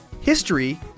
History